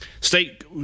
State